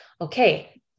okay